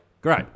great